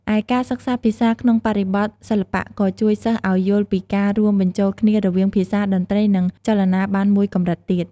ឯ ការសិក្សាភាសាក្នុងបរិបទសិល្បៈក៏ជួយសិស្សឱ្យយល់ពីការរួមបញ្ចូលគ្នារវាងភាសា តន្ត្រី និងចលនាបានមួយកម្រិតទៀត។